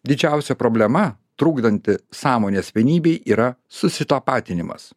didžiausia problema trukdanti sąmonės vienybei yra susitapatinimas